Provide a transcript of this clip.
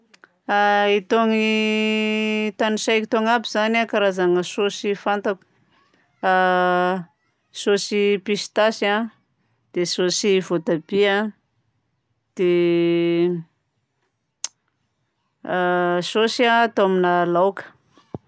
Itony tagnisaiko itony aby zany a karazagna saosy fantako: saosy pistasy a, dia saosy voatabia, dia saosy atao amina laoka.